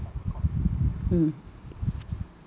mm